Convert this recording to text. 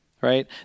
right